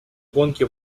гонки